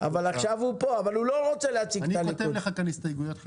עכשיו הוא כאן אבל הוא לא רוצה להציג את הליכוד.